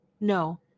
no